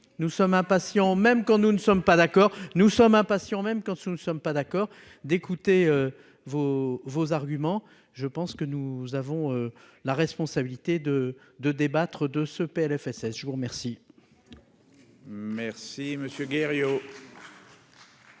nous sommes impatients, même quand nous ne sommes pas d'accord, nous sommes impatients, même quand nous ne sommes pas d'accord, d'écouter vos vos arguments, je pense que nous avons la responsabilité de de débattre de ce PLFSS je vous remercie.